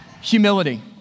humility